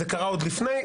זה קרה עוד לפני,